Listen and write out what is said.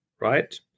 right